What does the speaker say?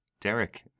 Derek